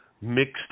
mixed